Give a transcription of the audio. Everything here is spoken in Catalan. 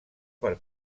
per